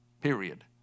period